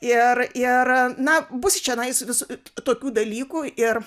ir ir na bus čionais vis tokių dalykų ir